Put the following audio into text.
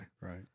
right